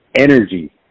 energy